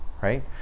right